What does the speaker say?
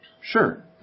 Sure